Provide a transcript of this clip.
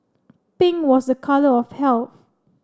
pink was a colour of health